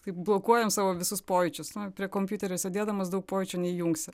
taip blokuojam savo visus pojūčius prie kompiuterio sėdėdamas daug pojūčių neįjungsi